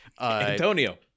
Antonio